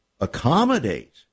accommodate